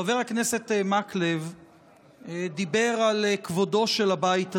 חבר הכנסת מקלב דיבר על כבודו של הבית הזה,